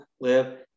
live